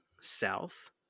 South